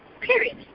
Period